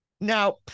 Now